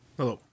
Hello